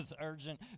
urgent